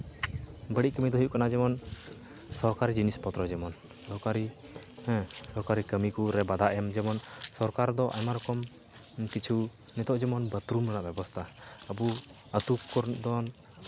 ᱵᱟᱹᱲᱤᱡ ᱠᱟᱹᱢᱤ ᱫᱚ ᱦᱩᱭᱩᱜ ᱠᱟᱱᱟ ᱡᱮᱢᱚᱱ ᱥᱚᱨᱠᱟᱨᱤ ᱡᱤᱱᱤᱥ ᱯᱚᱛᱨᱚ ᱡᱮᱢᱚᱱ ᱥᱚᱨᱠᱟᱨᱤ ᱦᱮᱸ ᱥᱚᱨᱠᱟᱨᱤ ᱠᱟᱹᱢᱤ ᱠᱚᱨᱮ ᱡᱮᱢᱚᱱ ᱵᱟᱫᱷᱟ ᱮᱢ ᱡᱮᱢᱚᱱ ᱥᱚᱨᱠᱟᱨ ᱫᱚ ᱟᱭᱢᱟ ᱨᱚᱠᱚᱢ ᱠᱤᱪᱷᱩ ᱱᱤᱛᱚᱜ ᱡᱮᱢᱚᱱ ᱵᱟᱛᱷᱨᱩᱢ ᱨᱮᱱᱟᱜ ᱵᱮᱵᱚᱥᱛᱷᱟ ᱟᱵᱚ ᱟᱹᱛᱩ ᱠᱚᱨᱮᱫ ᱡᱮᱢᱚᱱ